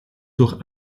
durch